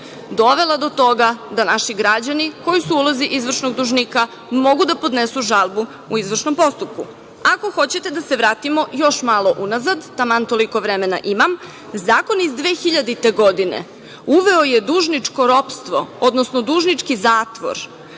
dovela do toga da naši građani koji su u ulozi izvršnog dužnika mogu da podnesu žalbu u izvršnom postupku. Ako hoćete da s vratimo još malo unazad, taman toliko vremena imam, zakon iz 2000. godine uveo je dužničko ropstvo, odnosno dužnički zatvor,